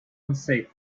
unsafe